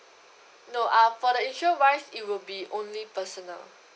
no uh for the insure wise it will be only personal